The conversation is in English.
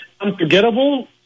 unforgettable